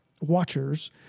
watchers